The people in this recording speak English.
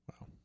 Wow